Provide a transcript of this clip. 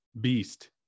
beast